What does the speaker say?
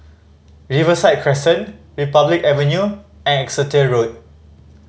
Riverside Crescent Republic Avenue and Exeter Road